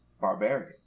barbarian